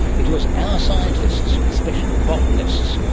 it was our scientists, especially the botanists,